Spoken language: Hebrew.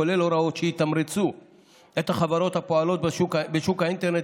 כולל הוראות שיתמרצו את החברות הפועלות בשוק האינטרנט